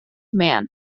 man